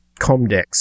Comdex